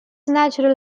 natural